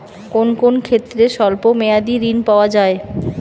কোন কোন ক্ষেত্রে স্বল্প মেয়াদি ঋণ পাওয়া যায়?